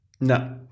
No